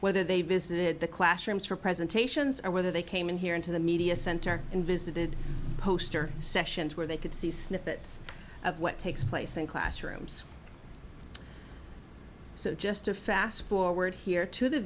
whether they visited the classrooms for presentations or whether they came in here into the media center and visited poster sessions where they could see snippets of what takes place in classrooms so just to fast forward here to the